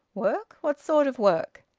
work? what sort of work?